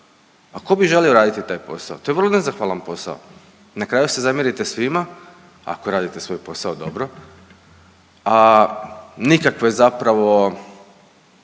a ko bi želio raditi taj posao? To je vrlo nezahvalan posao, na kraju se zamjerite svima ako radite svoj posao dobro, a nikakve zapravo